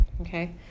Okay